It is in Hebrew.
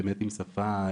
עם שפה,